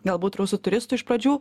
galbūt rusų turistų iš pradžių